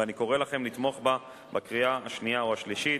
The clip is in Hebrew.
ואני קורא לכם לתמוך בה בקריאה שנייה ובקריאה שלישית,